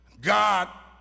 God